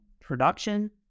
production